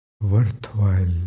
worthwhile